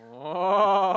oh